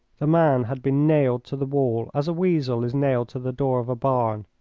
the man had been nailed to the wall as a weasel is nailed to the door of a barn.